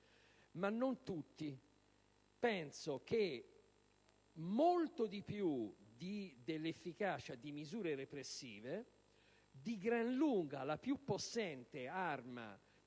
ma non tutti. Penso che, molto più delle misure repressive, di gran lunga la più possente arma